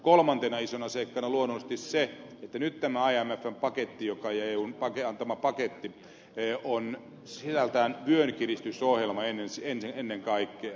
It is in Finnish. kolmantena isona seikkana on luonnollisesti se että nyt tämä imfn paketti ja eun antama paketti on sisällöltään vyönkiristysohjelma ennen kaikkea